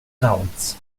downs